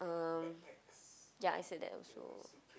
um ya I said that also